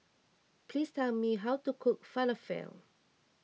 please tell me how to cook Falafel